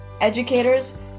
educators